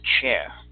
chair